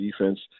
defense